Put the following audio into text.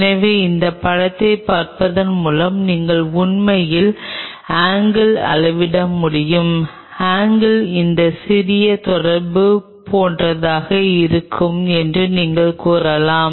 எனவே இந்த படத்தைப் பார்ப்பதன் மூலம் நீங்கள் உண்மையில் ஆங்கில் அளவிட முடியும் ஆங்கில் இந்த சிறிய தொடர்பு போன்றதாக இருக்கும் என்று நீங்கள் கூறலாம்